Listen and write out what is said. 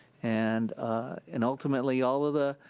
and and ultimately, all of the,